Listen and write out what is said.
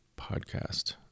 podcast